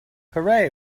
hooray